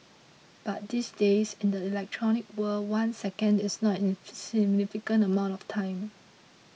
but these days in the electronic world one second is not an insignificant amount of time